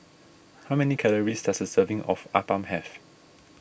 how many calories does a serving of Appam have